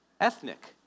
ethnic